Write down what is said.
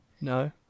No